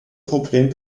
problem